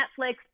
Netflix